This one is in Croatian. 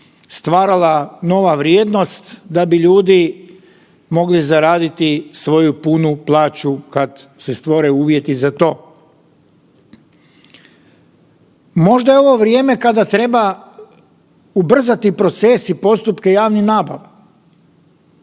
stvarala nova vrijednost, da bi ljudi mogli zaraditi svoju punu plaću kad se stvore uvjeti za to. Možda je ovo vrijeme kada treba ubrzati proces i postupke javnih nabava.